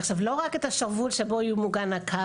עכשיו, לא רק את השרוול שבו יהיה מוגן הקו.